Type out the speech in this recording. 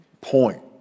point